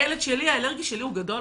הילד האלרגי שלי הוא גדול,